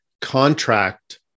contract